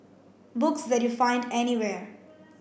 books that you find anywhere